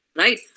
right